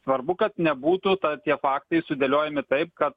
svarbu kad nebūtų ta tie faktai sudėliojami taip kad